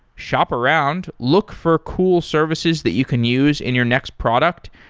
shop around, look for cool services that you can use in your next product,